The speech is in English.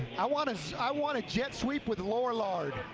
i want i want a jet sweep with lorillard.